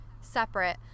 separate